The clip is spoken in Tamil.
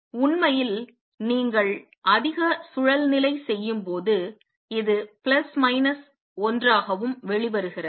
உண்மையில் நீங்கள் அதிக சுழல்நிலை செய்யும்போது இது பிளஸ் மைனஸ் 1 ஆகவும் வெளிவருகிறது